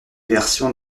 versions